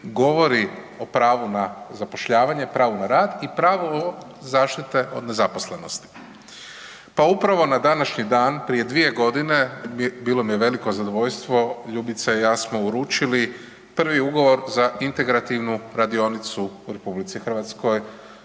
govori o pravu na zapošljavanje, pravu na rad i pravo zaštite od nezaposlenosti. Pa upravo na današnji dan, prije 2 g. bilo mi je veliko zadovoljstvo Ljubica i ja smo uručili prvi ugovor za integrativnu radionicu u RH,